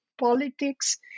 politics